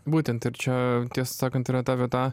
būtent ir čia tiesą sakant yra ta vieta